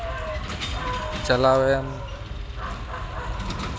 ᱪᱟᱞᱟᱣᱮᱱ